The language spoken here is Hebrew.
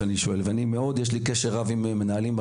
יש לי קשר רב עם מנהלים,